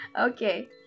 Okay